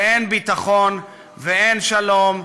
ואין ביטחון ואין שלום,